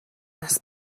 нас